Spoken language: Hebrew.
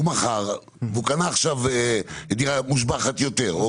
הוא מכר והוא קנה עכשיו דירה מושבחת יותר.